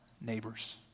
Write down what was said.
neighbors